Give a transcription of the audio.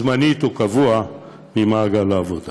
זמנית או קבועה, ממעגל העבודה,